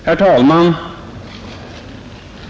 Herr talman!